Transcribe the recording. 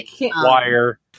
wire